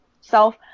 self